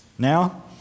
Now